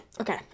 okay